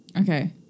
Okay